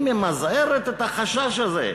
היא ממזערת את החשש הזה,